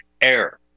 air